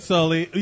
Sully